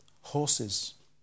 horses